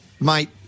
mate